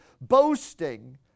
boasting